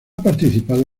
participado